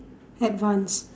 advanced